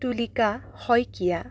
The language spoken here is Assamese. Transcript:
তুলিকা শইকীয়া